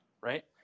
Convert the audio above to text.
right